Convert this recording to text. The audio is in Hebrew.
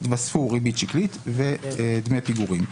יתווספו ריבית שקלית ודמי פיגורים.